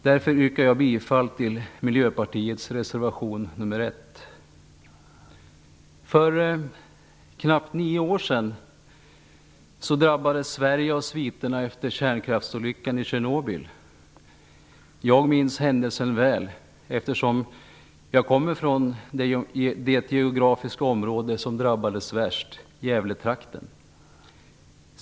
Därför yrkar jag bifall till reservation 1 av bl.a. För knappt nio år sedan drabbades Sverige av sviterna efter kärnkraftsolyckan i Tjernobyl. Jag minns händelsen väl, eftersom jag kommer från det geografiska område som drabbades värst, nämligen Gävletrakten.